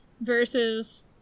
versus